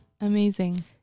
Amazing